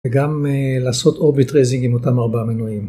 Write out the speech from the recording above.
וגם לעשות אורביטרייזינג עם אותם ארבעה מנויים.